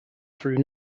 though